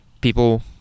people